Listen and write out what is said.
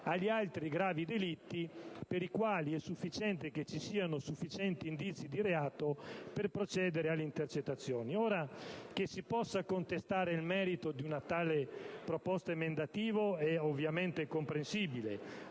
agli altri gravi delitti per i quali bastano sufficienti indizi di reato perché si possa procedere alle intercettazioni. Che si possa contestare il merito di una tale proposta emendativa è ovviamente comprensibile;